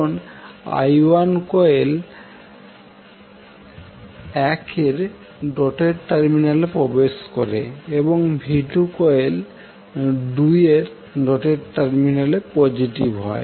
কারণ i1 coil 1 এর dotted টার্মিনালে প্রবেশ করে এবং v2 কয়েল 2 এর ডটেড টার্মিনালে পজেটিভ হয়